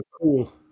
cool